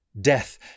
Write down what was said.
Death